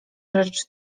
rzecz